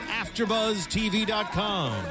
AfterBuzzTV.com